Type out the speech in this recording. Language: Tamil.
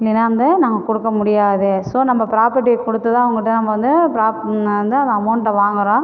இல்லேன்னா வந்து நாங்கள் கொடுக்க முடியாது ஸோ நம்ம ப்ராப்பர்ட்டியை கொடுத்து தான் அவங்க கிட்ட நம்ம வந்து ப்ராப் வந்து அந்த அமௌண்ட்டை வாங்குகிறோம்